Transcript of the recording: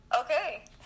Okay